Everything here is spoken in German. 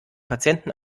patienten